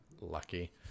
Lucky